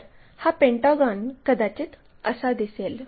तर हा पेंटागॉन कदाचित असा दिसेल